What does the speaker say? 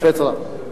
לפטרה.